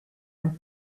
and